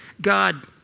God